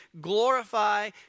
glorify